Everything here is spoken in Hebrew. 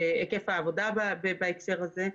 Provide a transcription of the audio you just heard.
היקף העבודה בהקשר הזה,